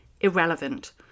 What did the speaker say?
irrelevant